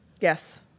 Yes